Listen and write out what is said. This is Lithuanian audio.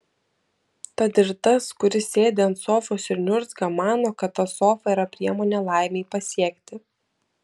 tad ir tas kuris sėdi ant sofos ir niurzga mano kad ta sofa yra priemonė laimei pasiekti